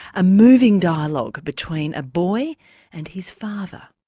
a moving dialogue between a boy and his father